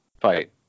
fight